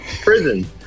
prison